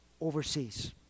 overseas